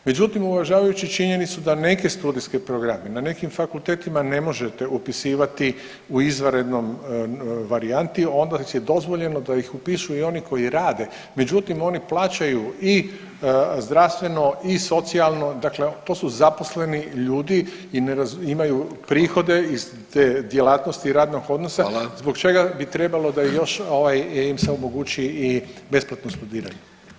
Međutim, uvažavajući činjenicu da neki studijski programi na nekim fakultetima ne možete upisivati u izvanrednom varijanti onda je dozvoljeno da ih upisuju oni koji rade, međutim oni plaćaju i zdravstveno i socijalno dakle to su zaposleni ljudi i imaju prihode [[Upadica Vidović: Hvala.]] iz te djelatnosti radnog odnosa [[Upadica Vidović: Hvala.]] zbog čega bi trebalo da i još im se omogući i besplatno studiranje.